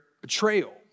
betrayal